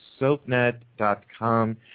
SoapNet.com